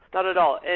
not at all.